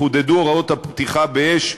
חודדו הוראות הפתיחה באש,